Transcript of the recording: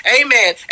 Amen